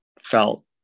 felt